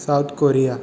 South Korea